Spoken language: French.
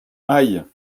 haye